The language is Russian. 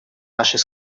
нашей